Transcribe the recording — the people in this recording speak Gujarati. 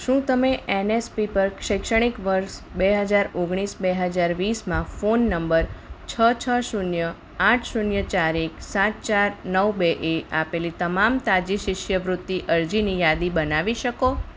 શું તમે એનએસપી પર શૈક્ષણિક વર્ષ બેહજાર ઓગણીસ બે હજાર વીસમાં ફોન નંબર છ છ શૂન્ય આઠ શૂન્ય ચાર એક સાત ચાર નવ બે એ આપેલી તમામ તાજી શિષ્યવૃત્તિ અરજીની યાદી બનાવી શકો